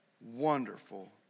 wonderful